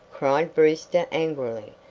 cried brewster angrily.